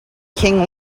king